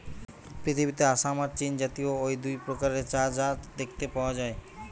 পৃথিবীতে আসাম আর চীনজাতীয় অউ দুই প্রকারের চা গাছ দেখতে পাওয়া যায়